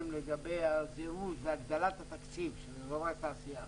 לגבי הזירוז והגדלת התקציב של אזורי התעשייה